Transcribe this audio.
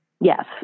Yes